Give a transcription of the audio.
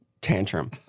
tantrum